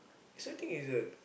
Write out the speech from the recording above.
sad thing is that